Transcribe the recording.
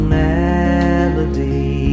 melody